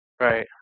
Right